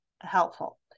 helpful